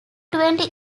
twenty